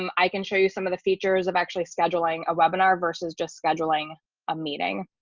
um i can show you some of the features of actually scheduling a webinar versus just scheduling a meeting.